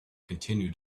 continue